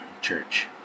church